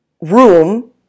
room